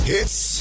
Hits